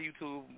YouTube